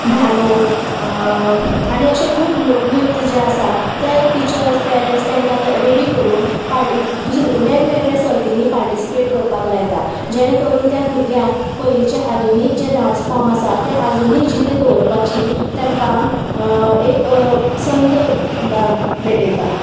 धालो आनी अशे खूब लोकनृत्य जें आसा तें टिचर्स पेरेंन्ट्स तांकां रेडी करून पार दुस वेगवेगळे्या सर्तींनी पार्टिसिपेट करपाक लायता जेणे करून त्या भुरग्यांक पयलींच्या आधुनीक जे डांस फॉर्म आसा ते आजुनूय जितें दवरपाची तांकां एक संद भेटयता